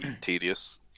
tedious